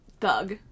Thug